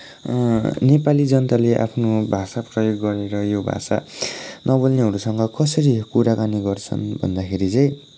नेपाली जनताले आफ्नो भाषा प्रयोग गरेर यो भाषा नबेल्नेहरूसँग कसरी कुराकानी गर्छन् भन्दाखेरि चाहिँ